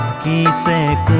de sade